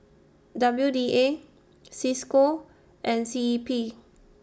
W D A CISCO and C E P